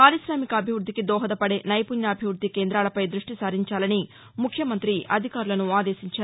పార్కామికాభివృద్దికి దోహదపదే నైపుణ్యాభివృద్ది కేందాలపై దృష్టి సారించాలని ముఖ్యమంతి అధికారులను ఆదేశించారు